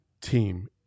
team